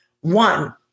One